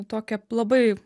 tokią labai